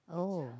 oh